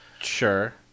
Sure